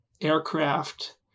aircraft